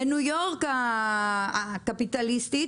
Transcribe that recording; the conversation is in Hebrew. בניו-יורק הקפיטליסטית,